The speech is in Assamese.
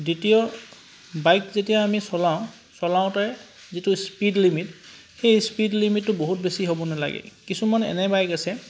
দ্বিতীয় বাইক যেতিয়া আমি চলাওঁ যিটো স্পীড লিমিট সেই স্পীড লিমিটটো বহুত বেছি হ'ব নেলাগে কিছুমান এনে বাইক আছে